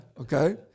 okay